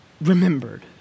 remembered